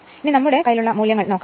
ഇനി നമ്മുടെ കൈയിൽ ഉള്ള അളവുകൾ